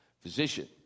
physician